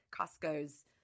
Costco's